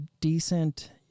decent